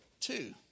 two